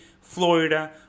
Florida